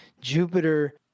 Jupiter